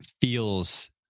feels